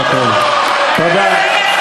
או, תודה.